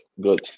good